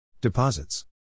Deposits